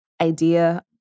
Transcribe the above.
idea